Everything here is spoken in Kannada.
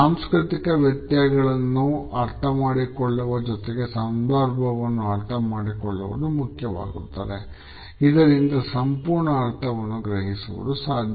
ಸಾಂಸ್ಕೃತಿಕ ವ್ಯತ್ಯಯಗಳನ್ನು ಅರ್ಥಮಾಡಿಕೊಳ್ಳುವ ಜೊತೆಗೆ ಸಂದರ್ಭವನ್ನು ಅರ್ಥಮಾಡಿಕೊಳ್ಳುವುದು ಮುಖ್ಯವಾಗುತ್ತದೆ ಇದರಿಂದ ಸಂಪೂರ್ಣ ಅರ್ಥವನ್ನು ಗ್ರಹಿಸುವುದು ಸಾಧ್ಯ